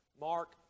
Mark